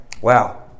Wow